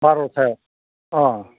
बार'थायाव अ